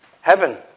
Heaven